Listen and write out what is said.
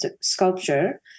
sculpture